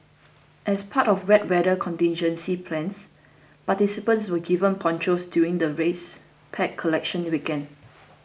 as part of wet weather contingency plans participants were given ponchos during the race pack collection weekend